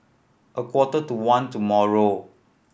a quarter to one tomorrow